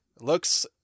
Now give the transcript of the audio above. looks